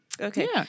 Okay